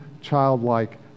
childlike